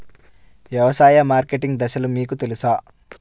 వ్యవసాయ మార్కెటింగ్ దశలు మీకు తెలుసా?